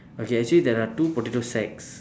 okay actually there are two potato sacks